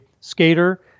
skater